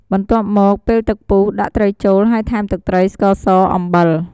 បន្ទាប់មក ពេលទឹកពុះ ដាក់ត្រីចូល ហើយថែមទឹកត្រី ស្ករស អំបិល។